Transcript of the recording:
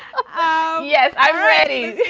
yes, i'm ready